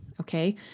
Okay